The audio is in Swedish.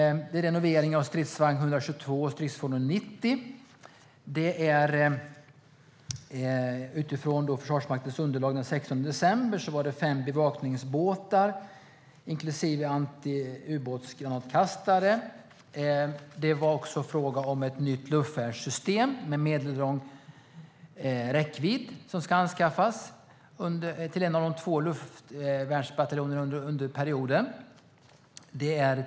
Stridsvagnarna 122 och 90 ska renoveras. Enligt Försvarsmaktens underlag från den 16 december ska fem bevakningsbåtar, inklusive antiubåtsgranatkastare, anskaffas. Ett nytt luftvärnssystem med medellång räckvidd ska anskaffas till en av de två luftvärnsbataljonerna under perioden.